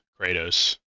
kratos